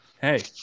Hey